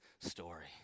story